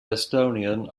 estonian